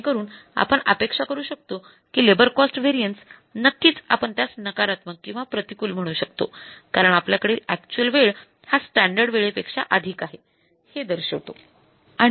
जेणेकरून आपण अपेक्षा करू शकतो की लेबर कॉस्ट व्हेरिएन्स नक्कीच आपण त्यास नकारात्मक किंवा प्रतिकूल म्हणू शकतो कारण आपल्या कडील अक्चुअल वेळ हा स्टॅण्डर्ड वेळेपेक्षा अधिक आहे हे दर्शवतो